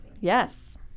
Yes